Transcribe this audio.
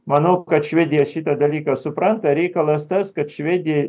manau kad švedija šitą dalyką supranta reikalas tas kad švedija